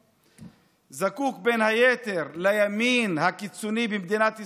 וזקוק, בין היתר, לימין הקיצוני במדינת ישראל,